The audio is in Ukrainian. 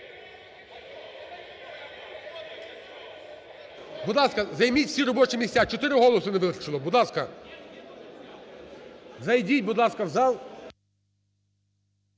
Будь ласка, займіть всі робочі місця, чотири голоси не вистачило. Будь ласка. Зайдіть, будь ласка, в зал.